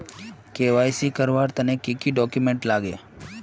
KYC करवार तने की की डॉक्यूमेंट लागे?